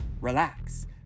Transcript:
relax